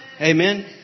Amen